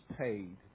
paid